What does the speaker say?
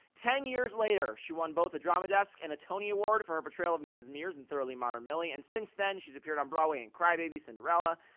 ten years later, she won both a drama desk and a tony award for her portrayal of mrs. mears in thoroughly modern millie and since then she's appeared on broadway in cry-baby, cinderella,